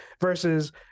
Versus